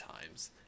times